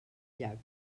llac